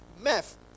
math